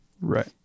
right